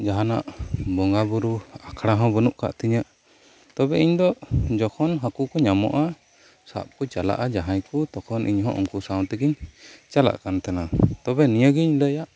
ᱡᱟᱦᱟᱱᱟᱜ ᱵᱚᱸᱜᱟ ᱵᱩᱨᱩ ᱟᱠᱷᱟᱲᱟ ᱦᱚᱸ ᱵᱟᱹᱱᱩᱜ ᱟᱠᱟᱫ ᱛᱤᱧᱟᱹ ᱛᱚᱵᱮ ᱤᱧ ᱫᱚ ᱡᱮᱠᱷᱚᱱ ᱦᱟᱠᱳ ᱠᱚ ᱧᱟᱢᱚᱜᱼᱟ ᱥᱟᱵ ᱠᱚ ᱪᱟᱞᱟᱜᱼᱟ ᱡᱟᱦᱟᱸᱭ ᱠᱚ ᱛᱚᱠᱷᱚᱱ ᱤᱧᱦᱚᱸ ᱩᱱᱠᱩ ᱥᱟᱶᱛᱮᱜᱮᱧ ᱪᱟᱞᱟᱜ ᱠᱟᱱ ᱛᱟᱦᱮᱸᱫᱼᱟ ᱛᱚᱵᱮ ᱱᱤᱭᱟᱹᱜᱮᱧ ᱞᱟᱹᱭᱟ